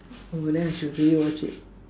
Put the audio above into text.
oh then I should really watch it